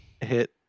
hit